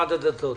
במשרד הדתות?